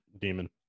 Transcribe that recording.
demon